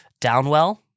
Downwell